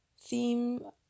theme